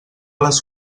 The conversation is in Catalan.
les